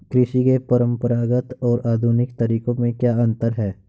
कृषि के परंपरागत और आधुनिक तरीकों में क्या अंतर है?